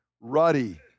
ruddy